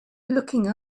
looking